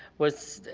was